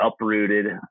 uprooted